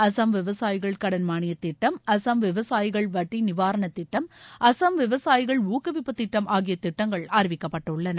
அஸ்ஸாம் விவசாயிகள் கடன் மானியத் திட்டம் அஸ்ஸாம் விவசாயிகள் வட்டி நிவாரணத் திட்டம் அஸ்ஸாம் விவசாயிகள் ஊக்குவிப்பு திட்டம் ஆகிய திட்டங்கள் அறிவிக்கப்பட்டுள்ளன